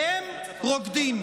והם רוקדים,